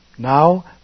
Now